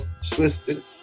Swiss